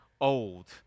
old